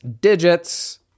Digits